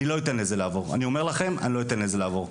אני אומר לכם שאני לא אתן לזה לעבור.